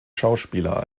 schauspieler